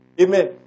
Amen